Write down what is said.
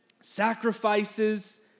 sacrifices